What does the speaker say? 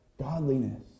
godliness